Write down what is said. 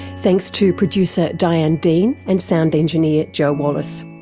thanks to producer diane dean and sound engineer joe wallace.